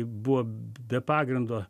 buvo be pagrindo